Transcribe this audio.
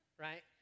right